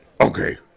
Okay